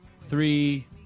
three